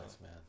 man